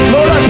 Lord